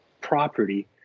property